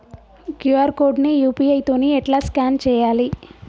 QR code ని UPI తోని ఎట్లా స్కాన్ చేయాలి?